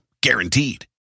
guaranteed